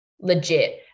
legit